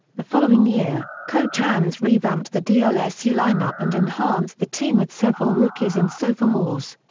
the following year, coach hans revamped the dlsu lineup and enhanced the team with several rookies and sophomores.